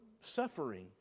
suffering